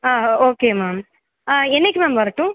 ஆ okay ma'am ஆ என்னைக்கு ma'am வரட்டும்